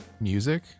music